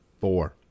Four